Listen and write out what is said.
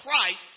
Christ